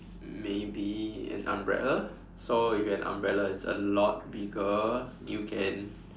maybe an umbrella so if you have an umbrella it's a lot bigger you can